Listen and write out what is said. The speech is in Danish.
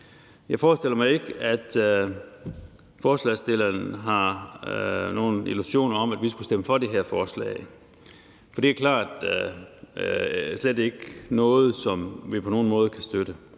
Jeg forestiller mig ikke, at forslagsstillerne har nogen illusioner om, at vi skulle stemme for det her forslag. For det er klart slet ikke noget, som vi på nogen måde kan støtte.